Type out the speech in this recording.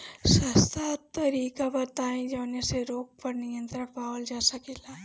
सस्ता तरीका बताई जवने से रोग पर नियंत्रण पावल जा सकेला?